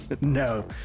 No